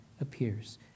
appears